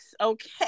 okay